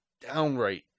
downright